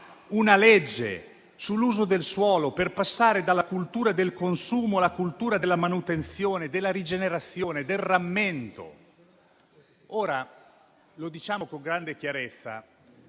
una legge sull'uso del suolo per passare dalla cultura del consumo alla cultura della manutenzione, della rigenerazione, del rammendo? Se volete usare